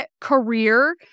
career